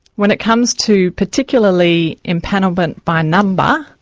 when it comes to particularly empanelment by number.